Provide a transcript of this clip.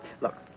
Look